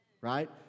right